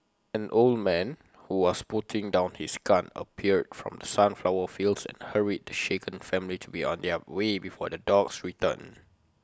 an old man who was putting down his gun appeared from the sunflower fields and hurried the shaken family to be on their way before the dogs return